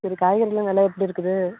சரி காய்கறிலாம் வெலை எப்படி இருக்குது